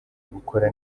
gukora